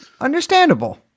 understandable